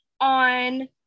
on